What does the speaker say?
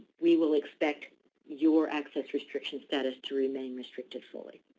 we will expect your access restriction status to remain restricted fully.